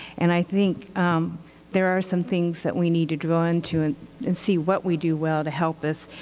and i think there are some things that we need to drill into and and see what we do well to help us.